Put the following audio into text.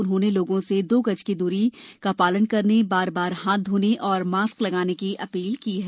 उन्होंने लोगों से दो गज की सुरक्षित दूरी बनाने बार बार हाथ धोने और मास्क लगाने की अपील की है